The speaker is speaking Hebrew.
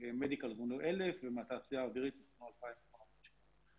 מדיקל" הוזמנו 1,000 ומהתעשייה האווירית הוזמנו 2,000 מכונות הנשמה.